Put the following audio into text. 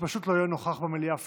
שפשוט לא יהיה נוכח במליאה פיזית.